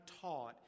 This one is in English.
taught